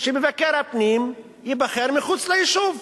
שמבקר הפנים ייבחר מחוץ ליישוב.